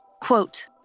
Quote